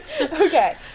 Okay